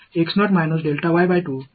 எனவே மையம் என்பதை நினைவில் கொள்ளுங்கள்